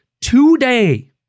today